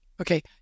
Okay